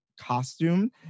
costume